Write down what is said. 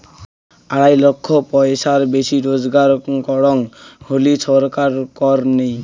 আড়াই লক্ষ পয়সার বেশি রুজগার করং হলি ছরকার কর নেই